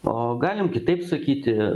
o galim kitaip sakyti